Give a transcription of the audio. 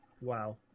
Wow